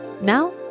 Now